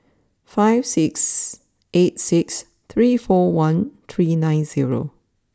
five six eight six three four one three nine zero